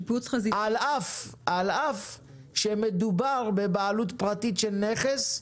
על אף שמדובר בבעלות פרטית של נכס,